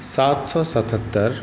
सात सए सतहत्तरि